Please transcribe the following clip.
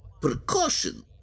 precaution